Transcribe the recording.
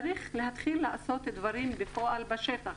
צריך להתחיל לעשות דברים בפועל בשטח.